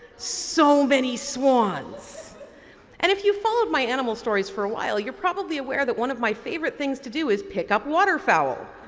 so many swans and if you followed my animal stories for a while you're probably aware that one of my favorite things to do is pick up water fowl.